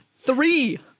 three